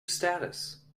status